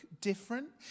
different